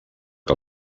que